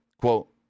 Quote